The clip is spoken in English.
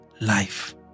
life